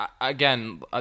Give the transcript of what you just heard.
again